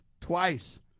twice